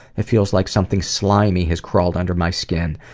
it feels like something slimy has crawled under my skin.